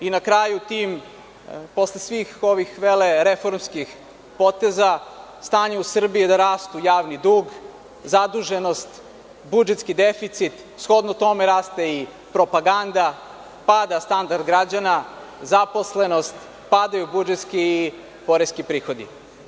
Na kraju, posle svih ovih velereformskih poteza stanje u Srbiji je da raste javni dug, zaduženost, budžetski deficit, shodno tome raste i propaganda, pada standard građana, zaposlenost, padaju budžetski, poreski prihodi.